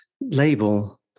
label